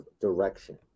direction